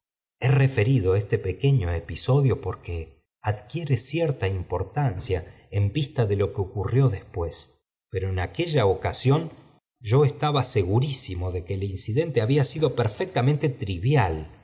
he referido este pequeño episodio porque adquiere cierta im rancia en vista de lo que ocurrió después pero en aquella ocasión yo estaba segurísimo de p que tm te í abía do perfectamente